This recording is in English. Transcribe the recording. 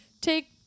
take